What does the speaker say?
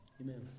amen